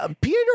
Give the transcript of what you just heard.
Peter